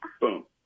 boom